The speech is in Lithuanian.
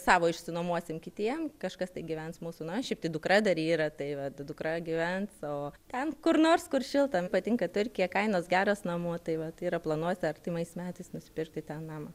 savo išsinuomosim kitiem kažkas tai gyvens mūsų na šiaip tai dukra dar yra tai vat dukra gyvens o ten kur nors kur šilta patinka turkija kainos geros namų tai vat yra planuose artimais metais nusipirkti ten namą